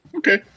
Okay